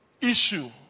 issue